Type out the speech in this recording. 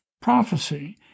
prophecy